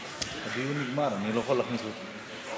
הדיון נגמר, אני לא יכול להכניס אותך.